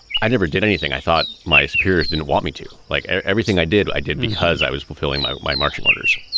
i never did anything. i thought my superiors didn't want me to like everything i did. i did because i was fulfilling my my marching orders